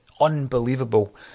Unbelievable